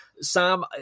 Sam